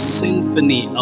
symphony